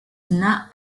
not